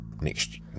next